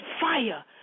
fire